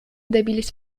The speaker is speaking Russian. добились